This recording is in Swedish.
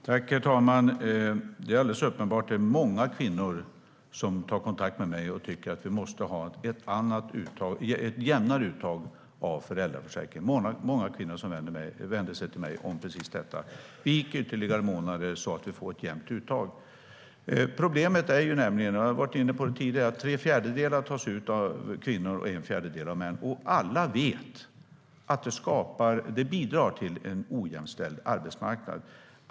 Herr talman! Det är alldeles uppenbart att det är många kvinnor som tar kontakt med mig och tycker att vi måste ha ett jämnare uttag av föräldraförsäkringen. Det är många kvinnor som vänder sig till mig om precis detta: Vik ytterligare månader så att vi får ett jämnt uttag! Problemet är nämligen - som jag har varit inne på tidigare - att tre fjärdedelar tas ut av kvinnor och en fjärdedel av män. Alla vet att det bidrar till en ojämställd arbetsmarknad.